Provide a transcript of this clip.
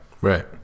right